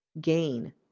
gain